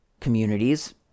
communities